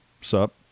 Sup